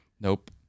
Nope